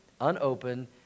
unopened